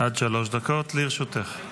עד שלוש דקות לרשותך.